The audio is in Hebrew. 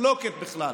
חבר הכנסת ינון אזולאי.